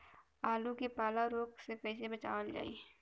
आलू के पाला रोग से कईसे बचावल जाई?